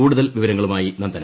കൂടുതൽ വിവരങ്ങളുമായി നന്ദന